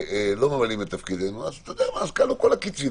לא ממלאים את תפקידנו, אז כלו כל הקיצין.